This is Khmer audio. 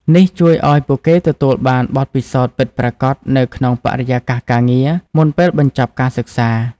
នេះជួយឱ្យពួកគេទទួលបានបទពិសោធន៍ពិតប្រាកដនៅក្នុងបរិយាកាសការងារ មុនពេលបញ្ចប់ការសិក្សា។